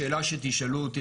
השאלה שתשאלו אותי,